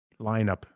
lineup